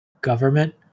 government